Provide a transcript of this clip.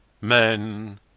Men